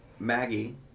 maggie